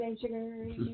Sugar